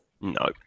No